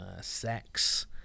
sex